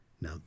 Now